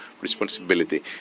responsibility